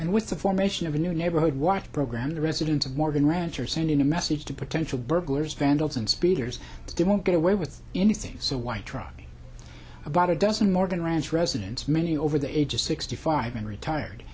and with the formation of a new neighborhood watch program the residents of morgan ranch are sending a message to potential burglars vandals and speeders they won't get away with anything so why try about a dozen more than ranch residents many over the age of sixty five and retired